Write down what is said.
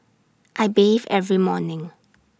I bathe every morning